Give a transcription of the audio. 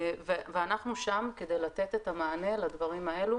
ואנחנו שם כדי לתת את המענה לדברים האלו